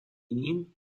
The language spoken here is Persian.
این